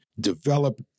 develop